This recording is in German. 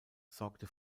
sorgte